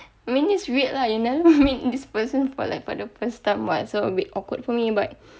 I mean it's weird lah you never meet this person for like for the first time what so a bit awkward for me but